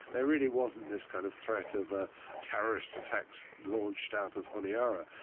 there really wasn't this kind of threat of ah terrorist attacks launched out of honiara.